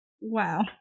Wow